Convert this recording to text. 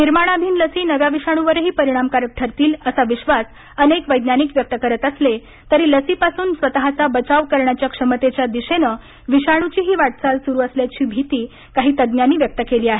निर्माणाधिन लसी नव्या विषाणूवरही परिणामकारक ठरतील असा विश्वास अनेक वैज्ञानिक व्यक्त करत असले तरी लसीपासून स्वतःचा बचाव करण्याच्या क्षमतेच्या दिशेनं विषाणूचीही वाटचाल सुरू आसल्याची भीतीही काही तज्ज्ञांनी व्यक्त केली आहे